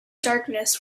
darkness